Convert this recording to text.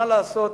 מה לעשות,